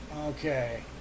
Okay